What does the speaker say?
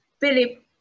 Philip